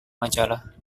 majalah